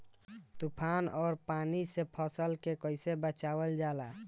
तुफान और पानी से फसल के कईसे बचावल जाला?